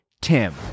Tim